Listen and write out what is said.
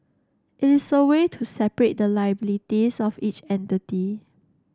it is a way to separate the liabilities of each entity